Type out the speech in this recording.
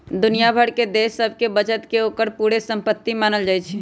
दुनिया भर के देश सभके बचत के ओकर पूरे संपति मानल जाइ छइ